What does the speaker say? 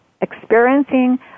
experiencing